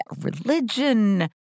religion